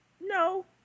No